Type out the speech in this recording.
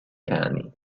cani